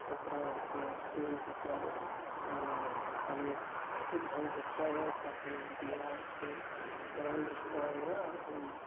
तत्र किमस्ति तत्र सम्यक् शुद्धं कृत्वा एव स्थापयन्ति वा इति सर्वं दृष्ट्वा एव अहं